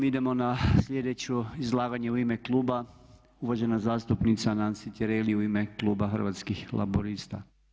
Idemo na slijedeće izlaganje u ime kluba uvažena zastupnica Nansi Tireli u ime kluba Hrvatskih laburista.